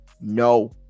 no